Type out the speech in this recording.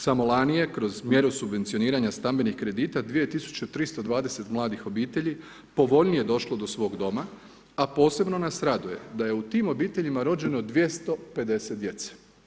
Samo lani je kroz mjeru subvencioniranja stambenih kredita 2320 mladih obitelji povoljnije došlo do svog doma a posebno nas raduje da je u tim obiteljima rođeno 250 djece.